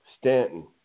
Stanton